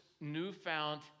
newfound